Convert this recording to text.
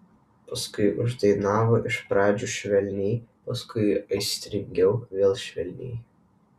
paskui uždainavo iš pradžių švelniai paskui aistringiau vėl švelniai